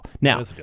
Now